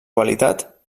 qualitat